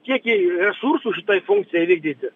kiekį resursų šitai funkcijai vykdyti